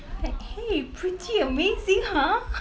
like !hey! pretty amazing !huh!